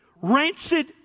Rancid